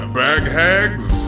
baghags